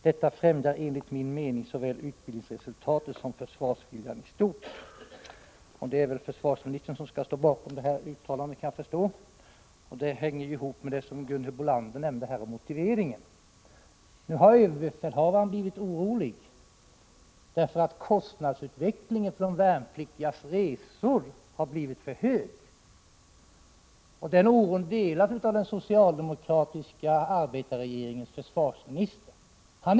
Detta främjar enligt min mening såväl utbildningsresultatet som försvarsviljan i stort.” Efter vad jag förstår är det försvarsministern som står bakom detta uttalande. Det anknyter till vad Gunhild Bolander sade om de värnpliktigas motivation. Överbefälhavaren har blivit orolig över att kostnaderna för de värnplikti gas resor har ökat för mycket. Den oron delas av den socialdemokratiska arbetarregeringens försvarsminister.